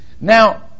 Now